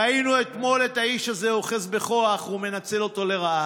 ראינו אתמול את האיש הזה אוחז בכוח ומנצל אותו לרעה,